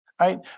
Right